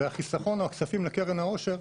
והחיסכון או הכספים לקרן העושר,